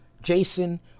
Jason